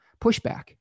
pushback